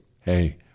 hey